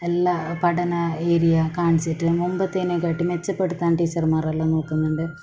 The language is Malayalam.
എല്ലാ പഠന ഏരിയ കാണിച്ചിട്ട് മുമ്പത്തെനെക്കാട്ടി മെച്ചപ്പെടുത്താൻ ടീച്ചർമാരെല്ലാം നോക്കുന്നുണ്ട്